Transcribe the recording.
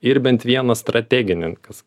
ir bent vieną strateginį kas